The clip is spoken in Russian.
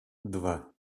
два